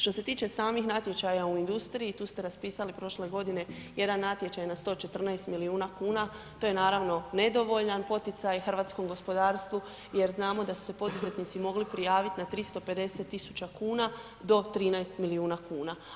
Što se tiče samih natječaja u industriji, tu ste raspisali prošle godine jedan natječaj na 114 milijuna kuna, to je naravno nedovoljan poticaj hrvatskom gospodarstvu jer znamo da su se poduzetnici mogli prijaviti na 350 tisuća kuna do 13 milijuna kuna.